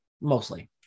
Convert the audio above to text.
mostly